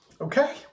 Okay